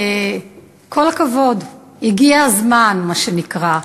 כל הכבוד, הגיע הזמן, מה שנקרא.